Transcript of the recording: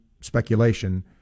speculation